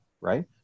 right